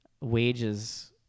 wages